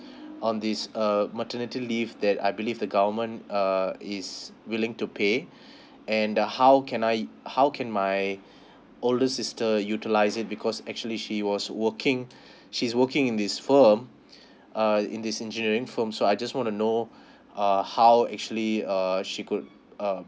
on this err maternity leave that I believe the government uh is willing to pay and the how can I how can my older sister utilise it because actually she was working she's working in this foirm uh in this engineering firm so I just want to know err how actually err she could uh